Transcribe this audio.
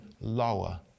lower